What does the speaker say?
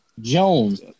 Jones